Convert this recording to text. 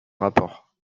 rapports